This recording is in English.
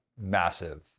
massive